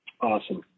Awesome